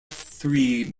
three